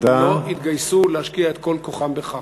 לא יתגייסו להשקיע את כל כוחם בכך.